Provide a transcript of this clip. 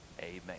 amen